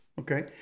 Okay